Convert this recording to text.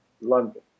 London